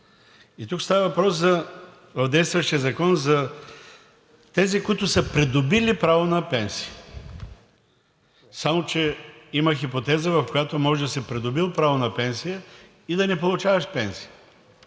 закон става въпрос за тези, които са придобили право на пенсия. Само че има хипотеза, в която може да си придобил право на пенсия и да не получаваш пенсия.